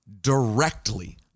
directly